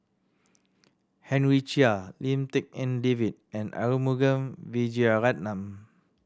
Henry Chia Lim Tik En David and Arumugam Vijiaratnam